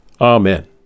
Amen